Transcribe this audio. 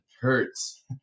Hurts